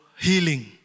healing